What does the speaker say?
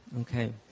Okay